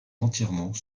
entièrement